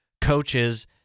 coaches